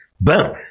Boom